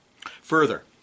Further